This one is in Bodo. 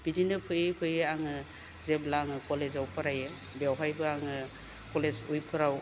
बिदिनो फैयै फैयै आङो जेब्ला आङो कलेजाव फरायो बेवहायबो आङो कलेज विकफोराव